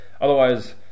Otherwise